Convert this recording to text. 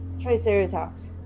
Triceratops